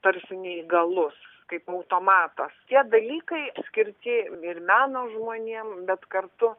tarsi neįgalus kaip automatas tie dalykai skirti ir meno žmonėm bet kartu